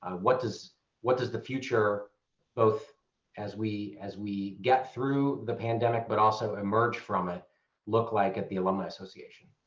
what does what does the future both as we as we get through the pandemic but also emerge through it look like at the alumni association?